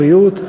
בריאות.